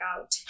out